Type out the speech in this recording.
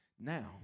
now